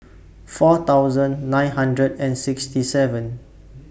four thousand nine hundred and sixty seventh